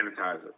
sanitizer